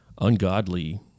ungodly